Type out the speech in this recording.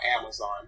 Amazon